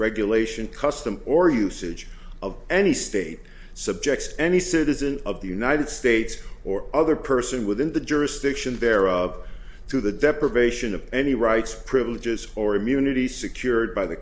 regulation custom or usage of any state subjects any citizen of the united states or other person within the jurisdiction thereof to the deprivation of any rights privileges or immunities secured by the